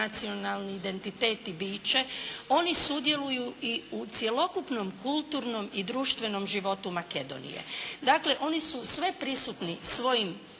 nacionalni identiteti biće oni sudjeluju u cjelokupnom, kulturnom i društvenom životu Makedonije. Dakle, oni su sveprisutni svojim